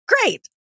great